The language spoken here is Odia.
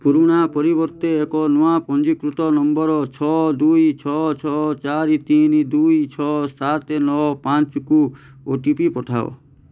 ପୁରୁଣା ପରିବର୍ତ୍ତେ ଏକ ନୂଆ ପଞ୍ଜୀକୃତ ନମ୍ବର୍ ଛଅ ଦୁଇ ଛଅ ଛଅ ଚାରି ତିନି ଦୁଇ ଛଅ ସାତ ନଅ ପାଞ୍ଚକୁ ଓ ଟି ପି ପଠାଅ